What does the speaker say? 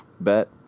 Bet